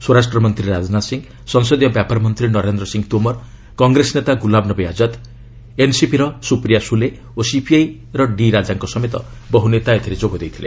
ସ୍ୱରାଷ୍ଟ୍ରମନ୍ତ୍ରୀ ରାଜନାଥ ସିଂହ ସଂସଦୀୟ ବ୍ୟାପାର ମନ୍ତ୍ରୀ ନରେନ୍ଦ୍ର ସିଂ ତୋମର କଂଗ୍ରେସ ନେତା ଗୁଲାମ ନବୀ ଆଜାଦ ଏନ୍ସିପିର ସୁପ୍ରିୟା ସୁଲେ ଓ ସିପିଆଇ ର ଡି ରାଜାଙ୍କ ସମେତ ବହ୍ର ନେତା ଏଥିରେ ଯୋଗ ଦେଇଥିଲେ